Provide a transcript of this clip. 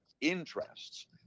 interests